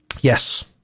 Yes